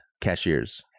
cashiers